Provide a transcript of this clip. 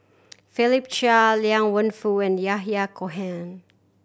Philip Chia Liang Wenfu and Yahya Cohen